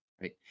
Right